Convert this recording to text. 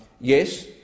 Yes